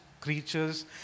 creatures